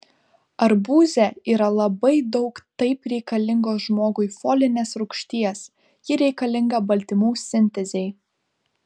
arbūze yra labai daug taip reikalingos žmogui folinės rūgšties ji reikalinga baltymų sintezei